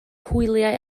hwyliau